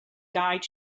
died